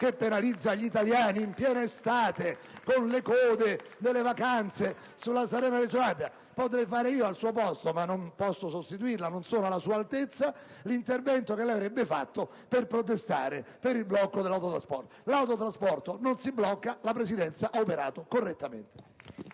che penalizza gli italiani in piena estate, con le code delle vacanze sulla Salerno-Reggio Calabria. *(Applausi dal Gruppo PdL)*. Potrei fare io al suo posto - ma non posso sostituirla, non sono alla sua altezza - l'intervento che lei avrebbe fatto per protestare per il blocco dell'autotrasporto: «L'autotrasporto non si blocca!» La Presidenza ha operato correttamente.